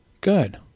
Good